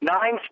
Nine